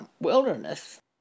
wilderness